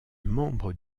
membre